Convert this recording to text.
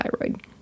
thyroid